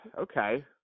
Okay